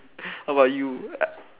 about you